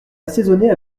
assaisonner